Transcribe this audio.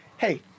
Hey